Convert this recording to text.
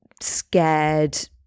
scared